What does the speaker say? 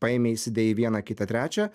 paėmei įsidėjai vieną kitą trečią